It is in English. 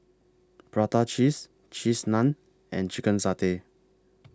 Prata Cheese Cheese Naan and Chicken Satay